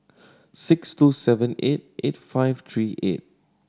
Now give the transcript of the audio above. six two seven eight eight five three eight